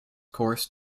course